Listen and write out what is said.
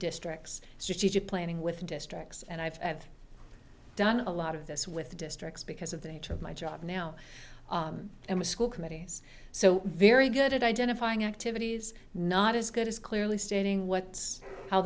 districts strategic planning with districts and i've done a lot of this with districts because of the nature of my job now i'm a school committee so very good at identifying activities not as good as clearly stating what's how